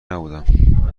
نبودم